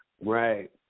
Right